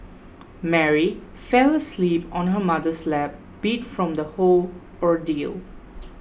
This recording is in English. Mary fell asleep on her mother's lap beat from the whole ordeal